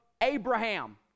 Abraham